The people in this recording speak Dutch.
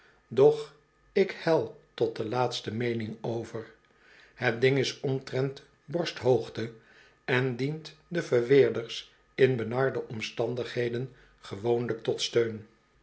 doch ik hel tot de laatste meening over het ding is omtrent borsthoogte en dient den verweerders in benarde omstandigheden gewoonlijk tot steun